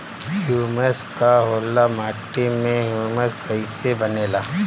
Humus का होला माटी मे ह्यूमस कइसे बनेला?